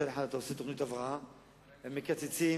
מצד אחד, אתה עושה תוכנית הבראה, הם מקצצים,